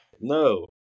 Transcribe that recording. No